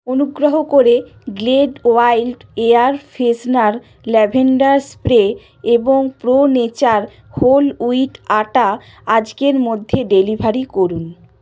অনুগ্রহ করে Glade wild air freshener lavender spray এবং pro nature whole wheat atta আজকের মধ্যে ডেলিভারি করুন